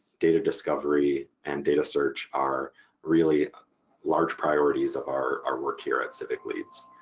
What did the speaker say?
data discovery and data search are really large priorities of our our work here at civicleads.